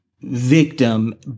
victim